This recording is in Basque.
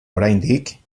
oraindik